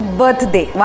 birthday